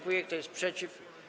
Kto jest przeciw?